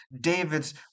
David's